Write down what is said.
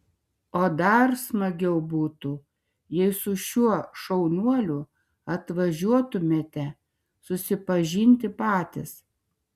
o dar smagiau būtų jei su šiuo šaunuoliu atvažiuotumėte susipažinti patys